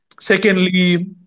Secondly